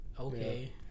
Okay